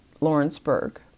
Lawrenceburg